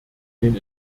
den